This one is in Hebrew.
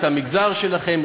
את המגזר שלכם?